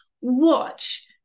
watch